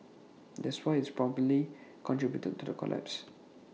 that's why IT probably contributed to the collapse